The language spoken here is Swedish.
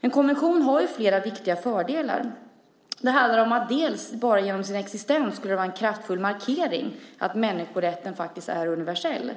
En konvention har flera viktiga fördelar. Det handlar om att det bara genom dess existens skulle vara en kraftfull markering av att människorätten faktiskt är universell.